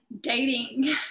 dating